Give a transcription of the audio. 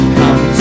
come